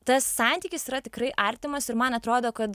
tas santykis yra tikrai artimas ir man atrodo kad